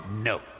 No